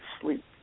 sleep